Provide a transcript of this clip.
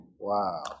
Wow